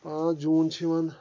پانٛژھ جوٗن چھِ یِوان